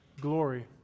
glory